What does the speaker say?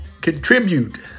Contribute